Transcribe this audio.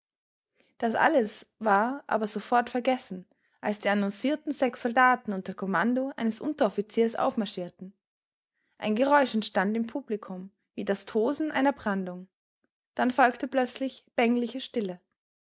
das alles war aber sofort vergessen als die annoncierten sechs soldaten unter kommando eines unteroffiziers aufmarschierten ein geräusch entstand im publikum wie das tosen einer brandung dann folgte plötzlich bängliche stille